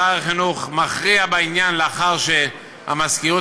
שר החינוך מכריע בעניין לאחר שהמזכירות